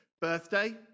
birthday